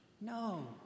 no